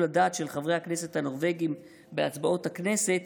הדעת של חברי הכנסת הנורבגיים בהצבעות הכנסת